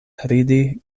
ridi